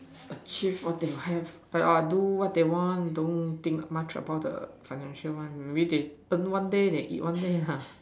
achieve what you have but all do what the don't think much about the financial one maybe they earn one day they eat one day lah